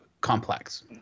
complex